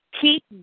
Keep